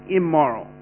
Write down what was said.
immoral